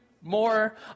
more